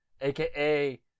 AKA